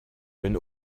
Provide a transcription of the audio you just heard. wenn